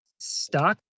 Stuck